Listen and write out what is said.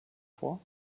vor